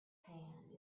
hand